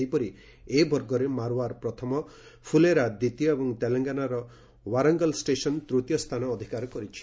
ସେହିପରି ଏ ବର୍ଗରେ ମାର୍ୱାର୍ ପ୍ରଥମ ଫୁଲେରା ଦ୍ୱିତୀୟ ଏବଂ ତେଲେଙ୍ଗାନାର ୱାରଙ୍ଗଲ୍ ଷ୍ଟେସନ୍ ତୃତୀୟ ସ୍ଥାନ ଅଧିକାର କରିଛି